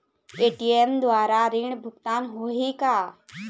ATM द्वारा ऋण भुगतान होही का?